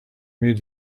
made